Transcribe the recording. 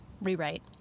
rewrite